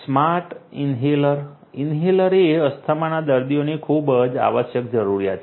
smart inhaler inhaler એ અસ્થમાના દર્દીઓની ખૂબ જ આવશ્યક જરૂરિયાત છે